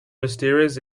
mysterious